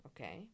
okay